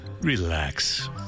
Relax